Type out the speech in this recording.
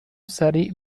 سریع